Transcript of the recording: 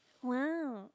!wow!